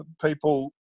People